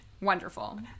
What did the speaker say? Wonderful